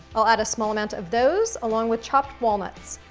i'll add a small amount of those, along with chopped walnuts.